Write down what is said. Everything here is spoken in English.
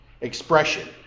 expression